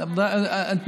אז את אלה צריך,